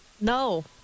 No